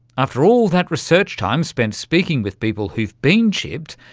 after all that research time spent speaking with people who have been chipped,